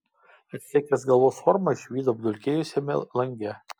actekės galvos formą išvydo apdulkėjusiame lange